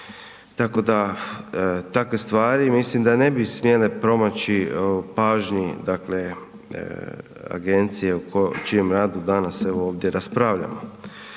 Tako da takve stvari mislim da ne bi smjele promaći pažnji agencije o čijem radu danas evo ovdje raspravljamo.